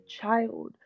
child